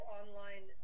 online